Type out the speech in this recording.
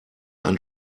ein